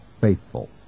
faithful